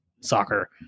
soccer